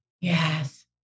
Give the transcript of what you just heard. yes